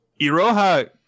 Iroha